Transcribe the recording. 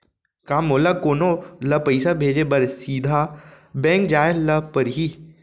का मोला कोनो ल पइसा भेजे बर सीधा बैंक जाय ला परही?